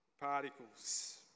Particles